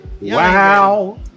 wow